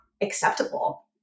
acceptable